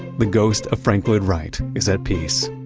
the ghost of frank lloyd wright is at peace